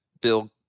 bill